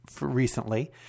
recently